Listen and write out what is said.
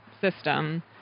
system